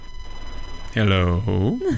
Hello